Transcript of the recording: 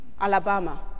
Alabama